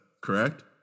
correct